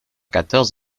quatorze